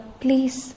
please